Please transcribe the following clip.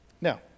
Now